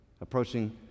Approaching